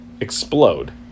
explode